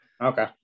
Okay